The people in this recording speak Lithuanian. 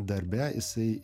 darbe jisai